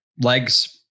legs